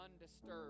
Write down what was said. undisturbed